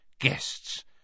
guests